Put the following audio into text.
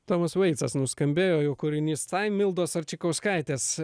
tomas vaicas nuskambėjo jo kūrinys taim mildos arčikauskaitės